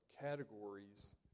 categories